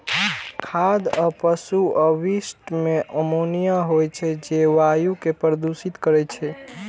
खाद आ पशु अवशिष्ट मे अमोनिया होइ छै, जे वायु कें प्रदूषित करै छै